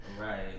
Right